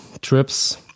trips